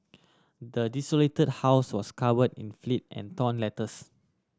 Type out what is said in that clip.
the desolated house was covered in filth and torn letters